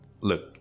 Look